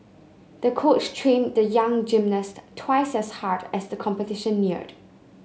the coach trained the young gymnast twice as hard as the competition neared